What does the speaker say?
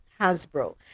Hasbro